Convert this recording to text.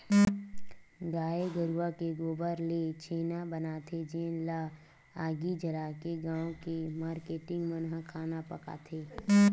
गाये गरूय के गोबर ले छेना बनाथे जेन ल आगी जलाके गाँव के मारकेटिंग मन ह खाना पकाथे